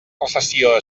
recessió